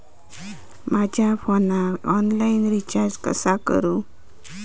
माझ्या फोनाक online recharge कसा करू?